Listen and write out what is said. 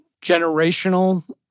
generational